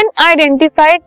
identified